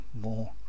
more